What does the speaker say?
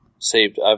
saved